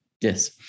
Yes